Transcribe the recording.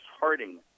Harding